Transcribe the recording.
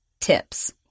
tips